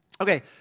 Okay